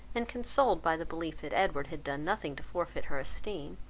and consoled by the belief that edward had done nothing to forfeit her esteem,